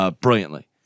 Brilliantly